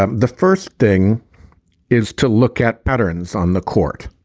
um the first thing is to look at patterns on the court.